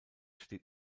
steht